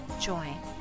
join